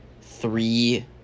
three